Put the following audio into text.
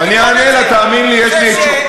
אדוני השר,